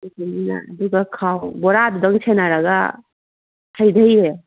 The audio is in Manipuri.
ꯑꯗꯨꯒ ꯃꯤꯅ ꯑꯗꯨꯒ ꯈꯥꯎ ꯕꯣꯔꯥꯗꯨꯗꯪ ꯁꯦꯟꯅꯔꯒ ꯍꯩꯗꯩꯌꯦ